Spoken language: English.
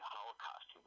Holocaust